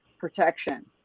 protection